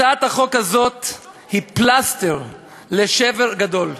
הצעת החוק הזאת היא פלסטר לשבר גדול.